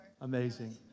Amazing